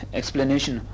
explanation